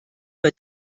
wird